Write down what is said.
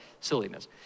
silliness